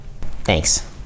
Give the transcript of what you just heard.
Thanks